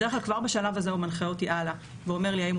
בדרך כלל כבר בשלב הזה הוא מנחה אותי הלאה ואומר לי האם